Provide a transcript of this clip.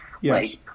Yes